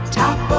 top